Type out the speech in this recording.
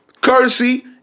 Courtesy